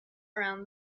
around